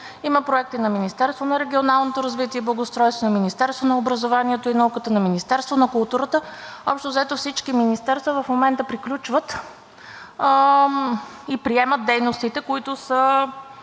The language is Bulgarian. има проекти на Министерството на регионалното развитие и благоустройството, Министерството на образованието и науката, на Министерството на културата. Общо взето всички министерства в момента приключват и приемат дейностите, които са